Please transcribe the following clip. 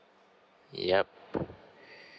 yup